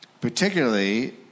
Particularly